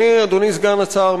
אדוני סגן השר,